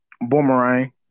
Boomerang